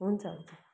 हुन्छ हुन्छ